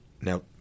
Now